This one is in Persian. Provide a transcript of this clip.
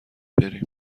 بریم